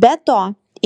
be to